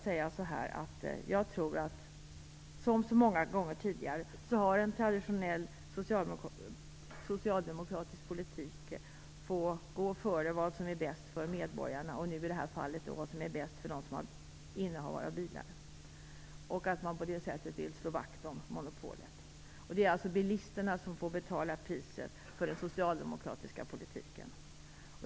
Som så många gånger tidigare har en traditionell socialdemokratisk politik fått gå före vad som är bäst för medborgarna, och i detta fallet vad som är bäst för dem som är innehavare av bilar. På det sättet vill man slå vakt om monopolet. Det är bilisterna som får betala priset för den socialdemokratiska politiken.